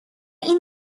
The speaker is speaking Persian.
این